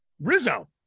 Rizzo